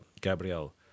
Gabriel